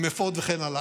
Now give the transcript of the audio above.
עם אפוד וכן הלאה.